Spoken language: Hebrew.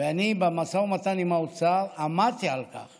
במשא ומתן עם האוצר עמדתי על כך